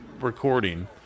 recording